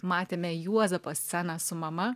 matėme juozapo sceną su mama